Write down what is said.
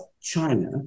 China